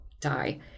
die